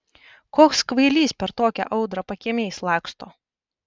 koks kvailys per tokią audrą pakiemiais laksto